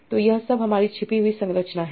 तो यह सब हमारी छिपी हुई संरचना है